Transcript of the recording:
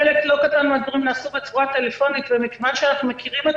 חלק לא קטן מן הדברים נעשו בצורה טלפונית ומכיוון שאנחנו מכירים את